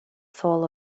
soul